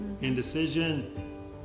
Indecision